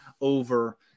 over